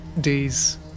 days